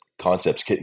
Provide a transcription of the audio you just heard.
concepts